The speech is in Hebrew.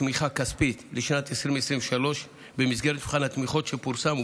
תמיכה כספית לשנת 2023 במסגרת מבחן התמיכות שפורסם,